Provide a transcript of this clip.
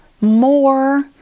more